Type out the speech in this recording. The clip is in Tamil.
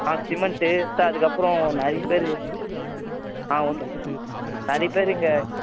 ஆ சிமெண்ட்டு சார் அதுக்கப்புறம் நிறைய பேர் ஆ ஓகே சார் நிறைய பேர் இங்கே